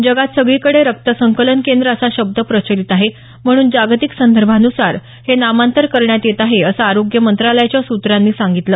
जगात सगळीकडे रक्त संकलन केंद्र असा शब्द प्रचलित आहे म्हणून जागतिक संदर्भान्सार हे नामांतर करण्यात येत आहे असं आरोग्य मंत्रालयाच्या सूत्रांनी सांगितलं